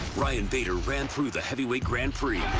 ryan bader ran through the heavyweight grand prix